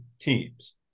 teams